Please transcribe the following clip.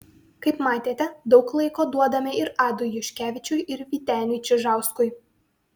kaip matėte daug laiko duodame ir adui juškevičiui ir vyteniui čižauskui